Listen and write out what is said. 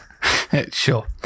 Sure